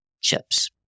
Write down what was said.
chips